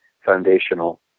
foundational